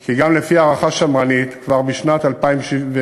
כי גם לפי הערכה שמרנית, כבר בשנת 2017